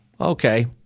okay